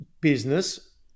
business